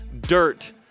dirt